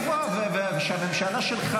50 שנה של דיונים.